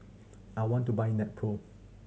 I want to buy Nepro